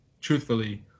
truthfully